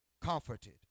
comforted